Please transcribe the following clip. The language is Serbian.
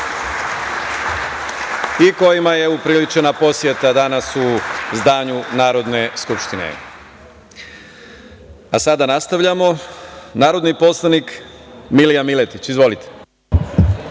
i kojima je upriličena poseta danas u zdanju Narodne skupštine. Sada nastavljamo. Reč ima narodni poslanik Milija Miletić. Izvolite.